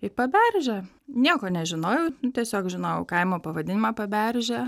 į paberžę nieko nežinojau tiesiog žinojau kaimo pavadinimą paberžė